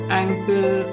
ankle